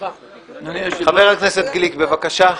חבר הכנסת גליק, בבקשה.